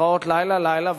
התרעות לילה-לילה,